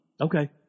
Okay